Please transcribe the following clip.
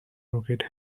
rocket